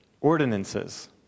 ordinances